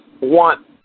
want